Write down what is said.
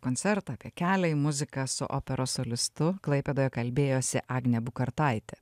koncertą apie kelią į muziką su operos solistu klaipėdoje kalbėjosi agnė bukartaitė